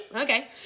Okay